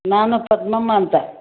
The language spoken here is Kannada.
ನಾನು ಪದ್ಮಮ್ಮ ಅಂತ